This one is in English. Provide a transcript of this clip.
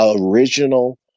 original